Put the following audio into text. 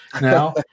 now